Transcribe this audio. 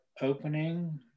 opening